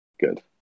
Good